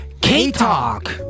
K-Talk